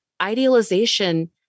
idealization